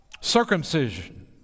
Circumcision